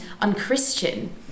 unchristian